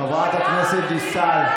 חבר הכנסת אוחנה, תודה.